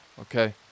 Okay